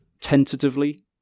tentatively